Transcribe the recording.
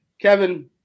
Kevin